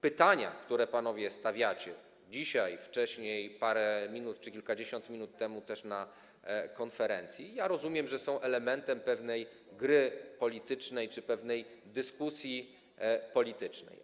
Pytania, które panowie stawiacie, dzisiaj, wcześniej, parę minut czy kilkadziesiąt minut temu na konferencji, rozumiem, że są elementem pewnej gry politycznej czy pewnej dyskusji politycznej.